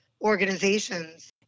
organizations